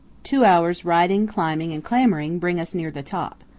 two hours' riding, climbing, and clambering bring us near the top.